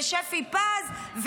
ושפי פז,